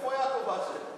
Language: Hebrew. איפה יעקב אשר?